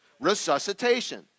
resuscitation